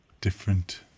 different